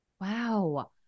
Wow